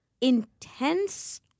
intense